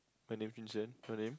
my name is Jun-Xian your name